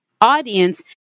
audience